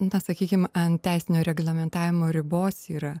na sakykim ant teisinio reglamentavimo ribos yra